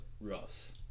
rough